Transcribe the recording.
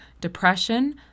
depression